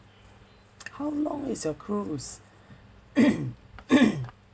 how long is your cruise